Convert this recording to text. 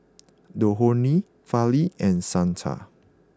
Dhoni Fali and Santha